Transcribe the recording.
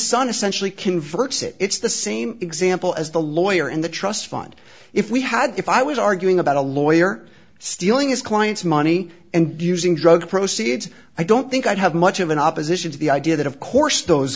sun essentially converts it it's the same example as the lawyer in the trust fund if we had if i was arguing about a lawyer stealing his client's money and using drug proceeds i don't think i'd have much of an opposition to the idea that of course those